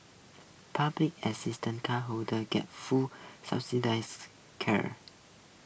public assistance cardholders got full subsidised care